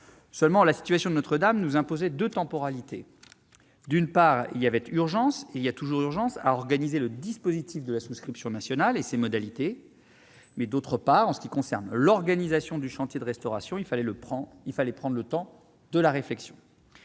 Néanmoins, la situation de Notre-Dame nous imposait deux temporalités. D'une part, il y avait urgence- il y a toujours urgence -à organiser le dispositif de la souscription nationale et ses modalités ; d'autre part, s'agissant de l'organisation du chantier de restauration, il fallait prendre le temps de la réflexion